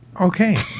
okay